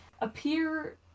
appear